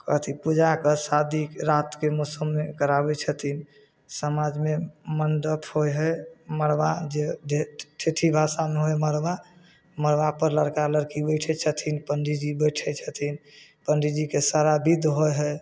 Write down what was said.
अथी पूजाके शादी रातिके मौसममे कराबै छथिन समाजमे मण्डप होइ हइ मड़बा जे जे ठेठी भाषामे होइ हइ मड़बा मड़बापर लड़का लड़की बैठै छथिन पण्डीजी बैठै छथिन पण्डीजीके सारा विध होइ हइ